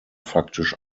faktisch